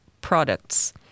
products